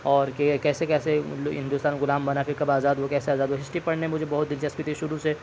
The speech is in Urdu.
اور کیسے کیسے ہندوستان غلام بنا پھر کب آزاد ہو گیا کیسے آزاد ہوا ہسٹری پڑھنے میں مجھے بہت دلچسپی تھی شروع سے